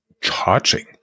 charging